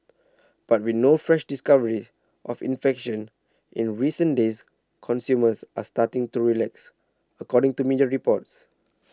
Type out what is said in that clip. but with no fresh discoveries of infections in recent days consumers are starting to relax according to media reports